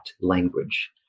language